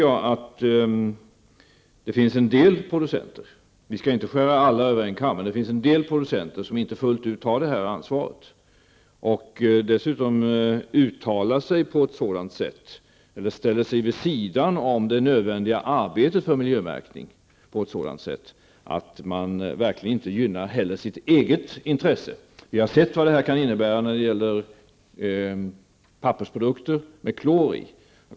Vi skall inte dra alla producenter över en kam, men det finns en del som inte fullt ut tar detta ansvar och som dessutom uttalar sig på ett sådant sätt eller ställer sig vid sidan av det nödvändiga arbetet för miljömärkning på ett sådant sätt att de verkligen inte heller gynnar sitt eget intresse. Vi har sett vad detta kan innebära när det gäller pappersprodukter med klor i.